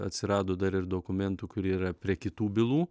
atsirado dar ir dokumentų kurie yra prie kitų bylų